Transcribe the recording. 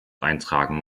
eintragen